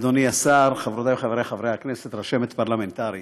אדוני השר, חברותיי וחבריי הכנסת, רשמת פרלמנטרית,